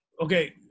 Okay